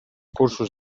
cursos